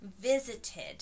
visited